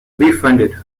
befriended